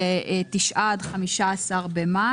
זה 9 עד 15 במאי,